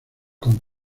con